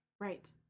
Right